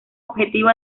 objetivo